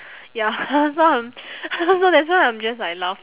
ya so I'm so that's why I'm just like laugh~